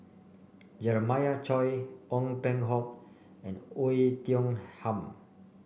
Jeremiah Choy Ong Peng Hock and Oei Tiong Ham